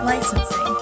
Licensing